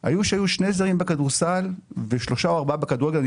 היו שהיו שני זרים בכדורסל ושלושה או ארבעה בכדורגל,